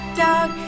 dog